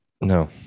No